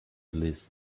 list